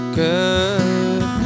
good